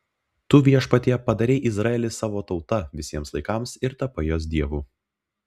tu viešpatie padarei izraelį savo tauta visiems laikams ir tapai jos dievu